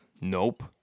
Nope